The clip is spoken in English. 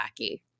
wacky